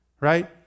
right